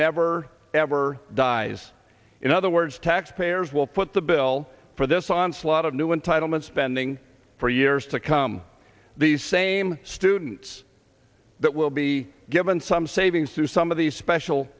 never ever dies in other words taxpayers will foot the bill for this onslaught of new entitlement spending for years to come these same students that will be given some savings to some of these special